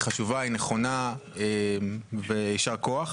היא חשובה, היא נכונה, ויישר כוח.